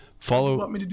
Follow